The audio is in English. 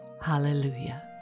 Hallelujah